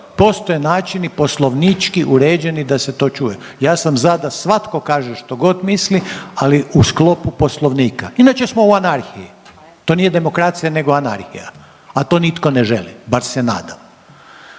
postoje načini poslovnički uređeni da se to čuje. Ja sam za da svatko kaže što god misli, ali u sklopu poslovnika inače smo u anarhiji, to nije demokracija nego anarhija, a nitko ne želi, bar se nadam.